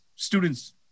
students